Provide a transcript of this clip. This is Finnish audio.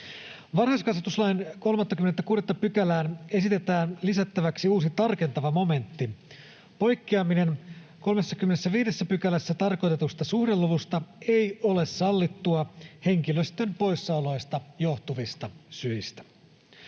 Varhaiskasvatuslain 36 §:ään esitetään lisättäväksi uusi, tarkentava momentti: ”Poikkeaminen 35 §:ssä tarkoitetusta suhdeluvusta ei ole sallittua henkilöstön poissaoloista johtuvista syistä.”